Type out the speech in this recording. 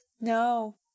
No